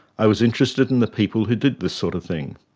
i was interested in the people who did this sort of thing.